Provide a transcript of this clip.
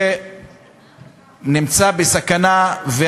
נמצא אצלך.